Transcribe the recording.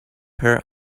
her